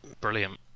brilliant